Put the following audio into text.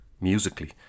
musically